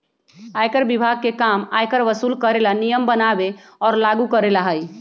आयकर विभाग के काम आयकर वसूल करे ला नियम बनावे और लागू करेला हई